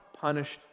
punished